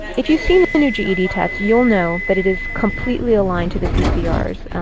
if you've seen the new ged test, you'll know that it is completely aligned to the ccrs.